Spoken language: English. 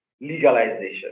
legalization